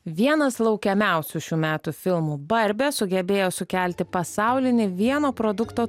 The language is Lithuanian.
vienas laukiamiausių šių metų filmų barbė sugebėjo sukelti pasaulinį vieno produkto